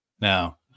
Now